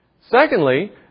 Secondly